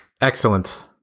Excellent